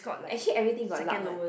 actually everything go luck one